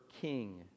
King